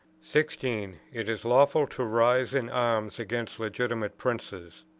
sixteen. it is lawful to rise in arms against legitimate princes.